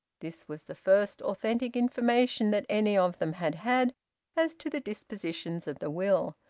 this was the first authentic information that any of them had had as to the dispositions of the will,